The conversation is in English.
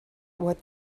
what